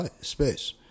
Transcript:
space